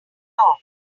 long